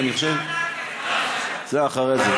אני חושב, זה אחרי זה.